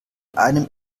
einem